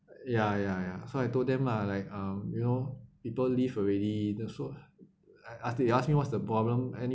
ya ya ya so I told them lah like uh you know people leave already that's so they ask me what's the problem any